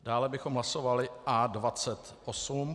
Dále bychom hlasovali o A28.